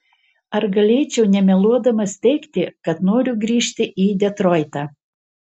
ar galėčiau nemeluodamas teigti kad noriu grįžti į detroitą